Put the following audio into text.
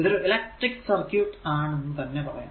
ഇതൊരു electric circuit ആണെന്ന് തന്നെ പറയാം